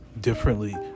differently